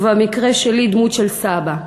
ובמקרה שלי, דמות של סבא.